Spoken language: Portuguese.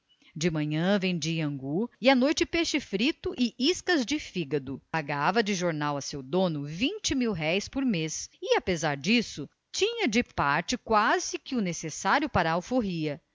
de manhã vendia angu e à noite peixe frito e iscas de fígado pagava de jornal a seu dono vinte mil-réis por mês e apesar disso tinha de parte quase que o necessário para a